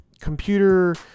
computer